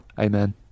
Amen